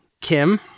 Kim